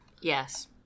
Yes